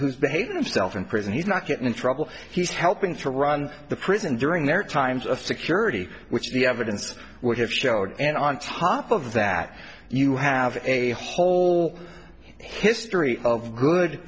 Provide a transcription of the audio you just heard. who's behaving himself in prison he's not getting in trouble he's helping to run the prison during their times of security which the evidence would have showed and on top of that you have a whole history of good